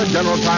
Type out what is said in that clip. General